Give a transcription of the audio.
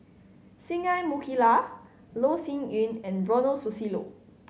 Singai Mukilan Loh Sin Yun and Ronald Susilo